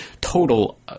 total